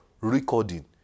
recording